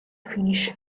finish